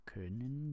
Können